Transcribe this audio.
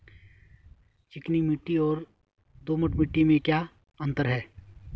चिकनी मिट्टी और दोमट मिट्टी में क्या क्या अंतर है?